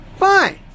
Fine